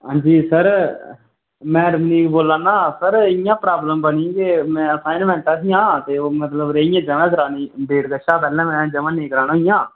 हां जी सर में रंदीप बोल्ला ना सर इ'यां प्राब्लम बनी कि में असाइनमेंटा हियां ते ओह् मतलब रेही गेदियां ज'मा कराने डेट कशा पैह्ले में जमा नेईं करान होइयां